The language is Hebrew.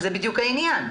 זה בדיוק העניין.